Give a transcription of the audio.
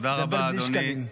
תדבר בלי שקלים.